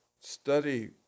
study